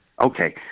Okay